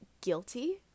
guilty